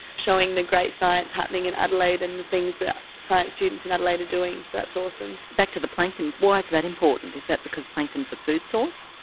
showing the great science happening in adelaide and things that science students in adelaide are doing, so that's awesome. back to the plankton, why is that important? is that because plankton is a food source?